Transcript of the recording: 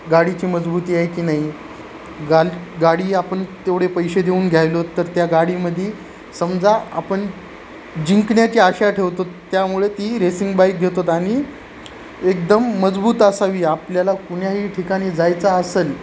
गाडीची मजबूती आहे की नाही गाल गाडी आपण तेवढे पैसे देऊन घ्यायलोत तर त्या गाडीमध्ये समजा आपण जिंकण्याची आशा ठेवतो त्यामुळे ती रेसिंग बाईक घेतोत आणि एकदम मजबूत असावी आपल्याला कुण्याही ठिकाणी जायचं असेल